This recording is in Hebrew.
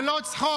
זה לא צחוק.